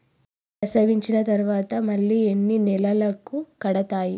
ప్రసవించిన తర్వాత మళ్ళీ ఎన్ని నెలలకు కడతాయి?